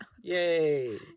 Yay